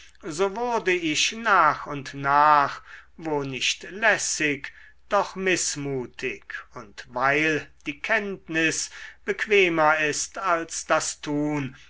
so wurde ich nach und nach wo nicht lässig doch mißmutig und weil die kenntnis bequemer ist als das tun